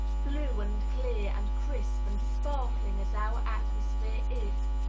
blue and clear and crisp and sparkling as our atmosphere is,